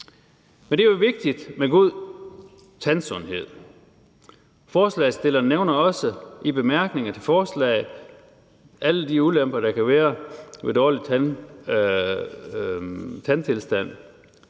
Men det er jo vigtigt med god tandsundhed. Forslagsstillerne nævner også i bemærkningerne til forslaget alle de ulemper, der kan være ved en dårlig tandtilstand.